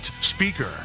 speaker